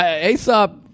Aesop